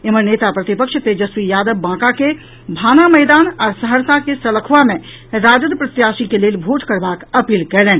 एम्हर नेता प्रतिपक्ष तेजस्वी यादव बांका के भाना मैदान आ सहरसा के सलखुआ मे राजद प्रत्याशी के लेल भोट करबाक अपील कयलनि